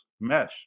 mesh